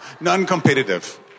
Non-competitive